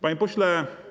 Panie Pośle!